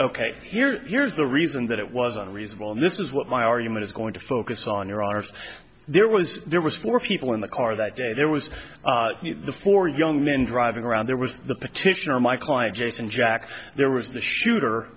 ok here's here's the reason that it was unreasonable and this is what my argument is going to focus on your arse there was there was four people in the car that day there was the four young men driving around there was the petitioner my client jason jack there was the shooter